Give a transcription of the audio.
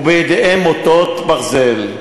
ובידיהם מוטות ברזל.